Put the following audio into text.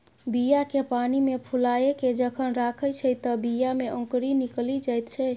बीया केँ पानिमे फुलाए केँ जखन राखै छै तए बीया मे औंकरी निकलि जाइत छै